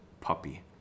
puppy